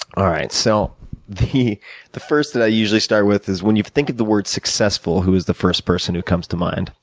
alright. so the the first that i usually start with is when you think of the word successful, who is the first person who comes to mind,